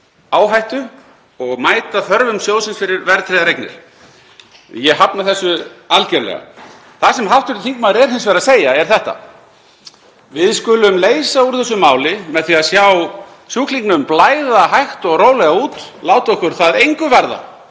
áhættu og mæta þörfum sjóðsins fyrir verðtryggðar eignir. Ég hafna þessu algjörlega. Það sem hv. þingmaður er hins vegar að segja er þetta: Við skulum leysa úr þessu máli með því að sjá sjúklingnum blæða hægt og rólega út, láta okkur það engu varða